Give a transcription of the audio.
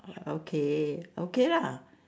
okay okay lah